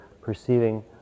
perceiving